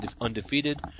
undefeated